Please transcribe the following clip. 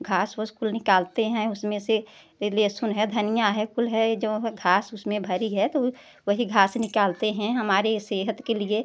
घास ओस कुल निकालते हैं उसमें से ए लहसुन है धनिया है कुल है ये जो घास उसमें भरी है तो वही घास निकालते हैं हमारी सेहत के लिए